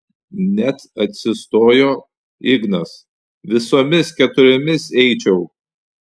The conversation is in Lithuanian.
net atsistojo ignas visomis keturiomis eičiau